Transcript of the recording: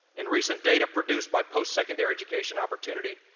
in recent data produced by post-secondary education opportunity,